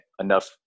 enough